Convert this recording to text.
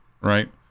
right